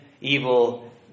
evil